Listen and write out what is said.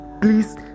Please